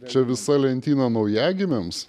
čia visa lentyna naujagimiams